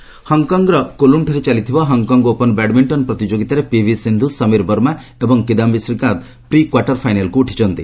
badminton ହଂକଂର କୋଲୁନ୍ଠାରେ ଚାଲିଥିବା ହଂକଂ ଓପନ ବ୍ୟାଡମିଣ୍ଟନ ପ୍ରତିଯୋଗିତାରେ ପିଭି ସିନ୍ଧୁ ସମୀର ବର୍ମା ଏବଂ କିଦାୟୀ ଶ୍ରୀକାନ୍ତ ପ୍ରି କ୍ୱାର୍ଟର ଫାଇନାଲକୁ ଉଠିଛନ୍ତି